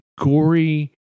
gory